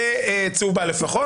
צהובה לפחות.